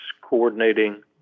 coordinating